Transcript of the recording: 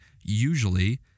usually